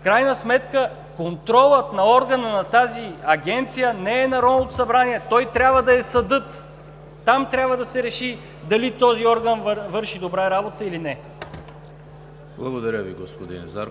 в крайна сметка, контролът на органа на тази Агенция, не е Народното събрание. Той трябва да е съдът. Там трябва да се реши дали този орган върши добра работа или не. (Единични ръкопляскания